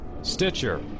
Stitcher